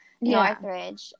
Northridge